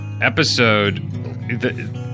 episode